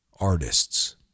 artists